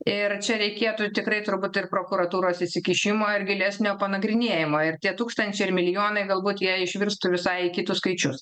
ir čia reikėtų tikrai turbūt ir prokuratūros įsikišimo ir gilesnio panagrinėjimo ir tie tūkstančiai ir milijonai galbūt jie išvirstų į visai kitus skaičius